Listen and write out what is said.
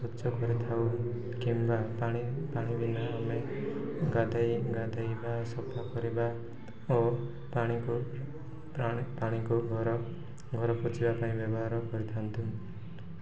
ସ୍ୱଚ୍ଛ କରିଥାଉ କିମ୍ବା ପାଣି ପାଣି ବିନା ଆମେ ଗାଧେଇ ଗାଧେଇବା ସଫା କରିବା ଓ ପାଣିକୁ ପାଣିକୁ ଘର ଘର ପୋଛିବା ପାଇଁ ବ୍ୟବହାର କରିଥାନ୍ତୁ